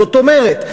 זאת אומרת,